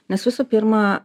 nes visų pirma